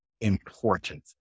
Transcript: important